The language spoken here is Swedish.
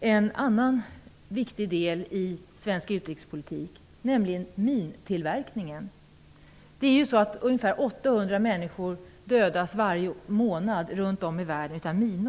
en annan viktig del i svensk utrikespolitik, nämligen mintillverkningen. Ungefär 800 människor dödas av minor varje månad runt om i världen.